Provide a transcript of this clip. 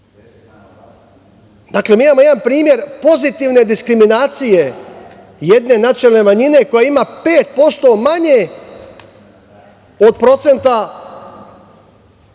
Dakle, mi imamo jedan primer pozitivne diskriminacije jedne nacionalne manjine koja ima 5% manje od procenta